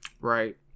Right